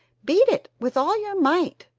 beat it with all your might!